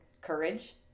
courage